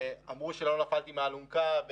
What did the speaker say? אמרו שלא נפלתי מהאלונקה.